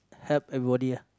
help everybody ah